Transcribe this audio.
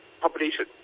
population